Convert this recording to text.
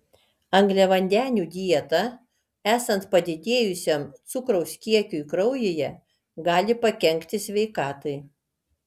angliavandenių dieta esant padidėjusiam cukraus kiekiui kraujyje gali pakenkti sveikatai